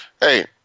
hey